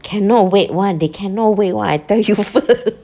cannot wait one they cannot wait one I tell you first